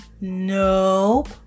Nope